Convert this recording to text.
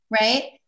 right